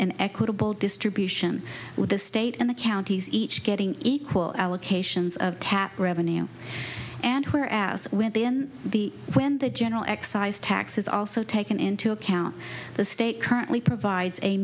and equitable distribution with the state and the counties each getting equal allocations of tap revenue and where as within the when the general excise tax is also taken into account the state currently provides a